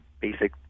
basic